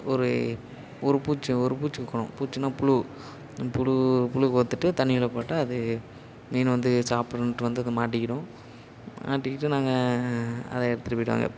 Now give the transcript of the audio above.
ஒரு ஒரு பூச்சி ஒரு பூச்சி இருக்கணும் பூச்சினால் புழு புழு கோர்த்துட்டு தண்ணியில் போட்டால் அது மீன் வந்து சாப்பிடுன்ட்டு வந்து அது மாட்டிக்கிடும் மாட்டிக்கிட்டு நாங்கள் அதை எடுத்துகிட்டு போய்டுவாங்க